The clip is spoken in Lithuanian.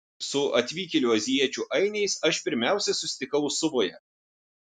su atvykėlių azijiečių ainiais aš pirmiausia susitikau suvoje